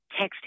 texting